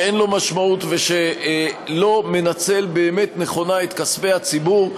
שאין לו משמעות ושלא מנצל באמת נכונה את כספי הציבור,